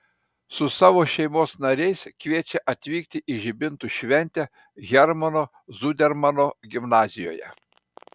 su savo šeimos nariais kviečia atvykti į žibintų šventę hermano zudermano gimnazijoje